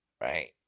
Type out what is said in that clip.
right